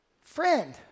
Friend